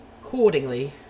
Accordingly